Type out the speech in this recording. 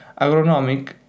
agronomic